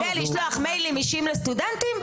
כדי לשלוח מיילים אישיים לסטודנטים,